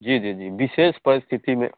जी जी जी विशेष परिस्थति में